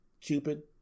Cupid